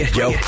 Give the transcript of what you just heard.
yo